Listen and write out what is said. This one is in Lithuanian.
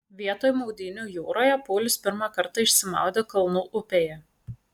vietoj maudynių jūroje paulius pirmą kartą išsimaudė kalnų upėje